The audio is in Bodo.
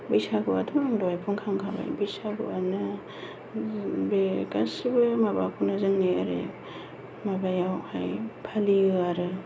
बैसागुआथ' आं दहाय बुंखांखाबाय बैसागुआनो बे गासैबो माबाखौनो जोंनि ओरै माबायावहाय फालियो आरो